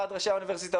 ועד ראשי האוניברסיטאות,